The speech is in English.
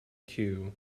queue